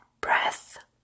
breath